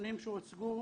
האחרונים שהוצגו,